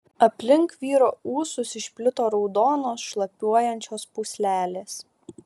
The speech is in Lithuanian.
aplink vyro ūsus išplito raudonos šlapiuojančios pūslelės